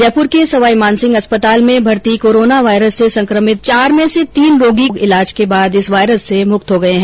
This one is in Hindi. जयपुर के सवाई मानसिंह अस्पताल में भर्ती कोरोना वायरस से संक्रमित चार में से तीन लोग ईलाज के बाद इस वायरस से मुक्त हो गए है